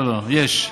לא, לא, יש.